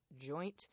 joint